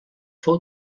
fou